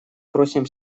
просим